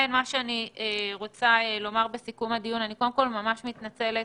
בסיכום הדברים, אני מתנצלת